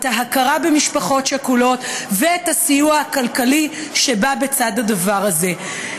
את ההכרה במשפחות שכולות ואת הסיוע הכלכלי שבא בצד הדבר הזה.